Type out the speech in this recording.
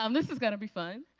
um this is going to be fun.